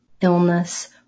illness